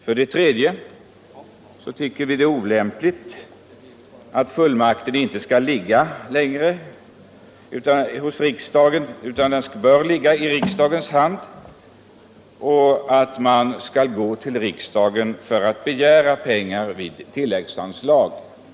För det tredje tycker vi att avgörandet även i fortsättningen bör ligga hos riksdagen och att regeringen skall gå till riksdagen och begära tilläggsanslag.